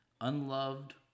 unloved